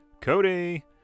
Cody